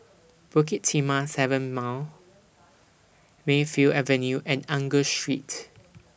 Bukit Timah seven Mile Mayfield Avenue and Angus Street